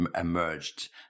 emerged